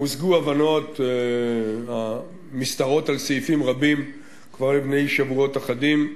הושגו הבנות המשתרעות על סעיפים רבים כבר לפני שבועות אחדים.